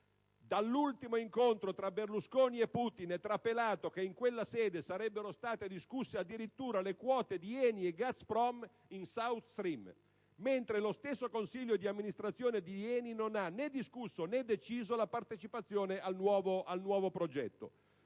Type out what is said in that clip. Dall'ultimo incontro tra Berlusconi e Putin è trapelato che in quella sede sarebbero state discusse le quote di ENI e Gazprom in Southstream. Mentre lo stesso consiglio di amministrazione di ENI non ha né discusso, né deciso la partecipazione al nuovo progetto.